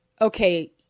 okay